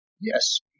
Yes